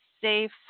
safe